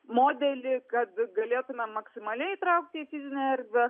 modelį kad galėtume maksimaliai įtraukti į fizinę erdvę